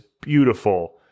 beautiful